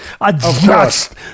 adjust